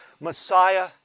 Messiah